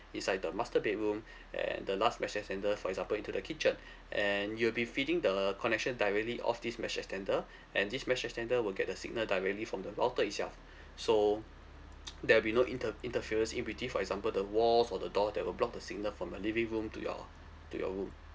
inside the master bedroom and the last mesh extender for example into the kitchen and it will be feeding the connection directly off this mesh extender and this mesh extender will get the signal directly from the router itself so there'll be no inter~ interference in between for example the walls or the door that will block the signal from the living room to your to your room